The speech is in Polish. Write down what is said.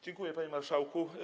Dziękuję, panie marszałku.